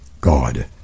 God